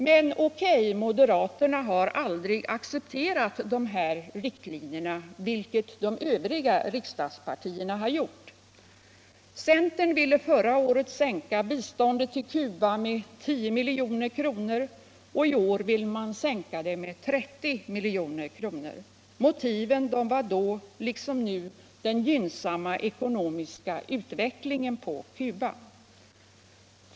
Men moderaterna har aldrig accepterat dessa riktlinjer, vilket de övriga riksdagspartierna har gjort. Centern ville förra året sänka biståndet till Cuba med 10 milj.kr. och i år vill man sänka det med 30 milj.kr. Motiven var då liksom nu den gynnsamma ekonomiska utvecklingen i Cuba.